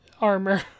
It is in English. armor